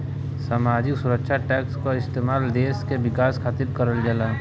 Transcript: सामाजिक सुरक्षा टैक्स क इस्तेमाल देश के विकास खातिर करल जाला